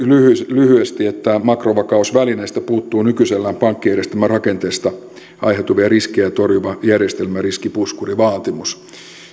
lyhyesti että makrovakausvälineistä puuttuu nykyisellään pankkijärjestelmän rakenteista aiheutuvia riskejä torjuva järjestelmäriskipuskurivaatimus